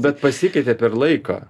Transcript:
bet pasikeitė per laiką